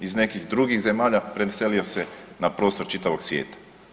Iz nekih drugih zemalja, preselio se na prostor čitavog svijeta.